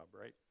right